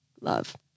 Love